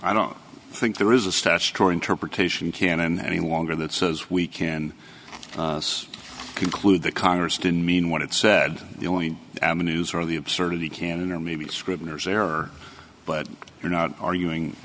i don't think there is a statutory interpretation can in any longer that says we can conclude the congress didn't mean what it said the only avenues or the absurdity can or maybe scrivener's error but you're not arguing